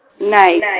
Nice